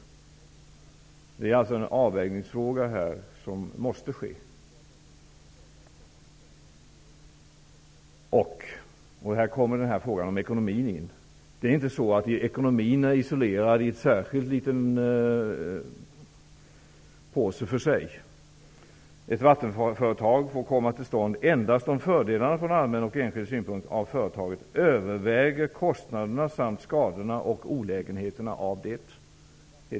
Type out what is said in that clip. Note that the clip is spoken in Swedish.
Här måste alltså en avvägning ske. Vidare har vi frågan om ekonomin. Ekonomin är inte isolerad i någon särskild påse för sig. Enligt 4 § får ett vattenföretag komma till stånd endast om fördelarna från allmän och enskild synpunkt av företaget överväger kostnaderna samt skadorna och olägenheterna av det.